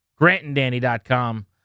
GrantAndDanny.com